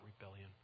rebellion